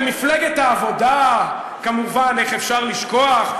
ומפלגת העבודה, כמובן, איך אפשר לשכוח.